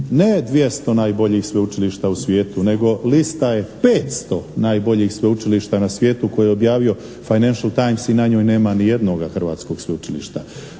ne 200 najboljih sveučilišta u svijetu nego lista je 500 najboljih sveučilišta na svijetu koje je objavio Financial Times i na njoj nema ni jednoga hrvatskog sveučilišta.